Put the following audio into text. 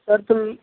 sir तुम